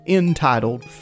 entitled